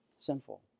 sinful